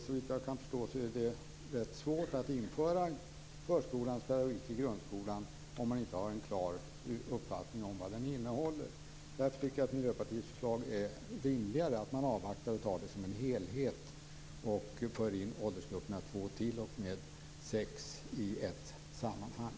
Såvitt jag kan förstå är det rätt svårt att införa förskolans pedagogik i grundskolan om man inte har en klar uppfattning om vad den innehåller. Därför tycker jag att Miljöpartiets förslag är rimligare. Man avvaktar och tar det som en helhet. Man för in åldersgrupperna två t.o.m. sex år i ett sammanhang.